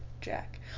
Jack